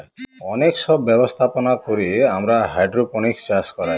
অনেক সব ব্যবস্থাপনা করে আমরা হাইড্রোপনিক্স চাষ করায়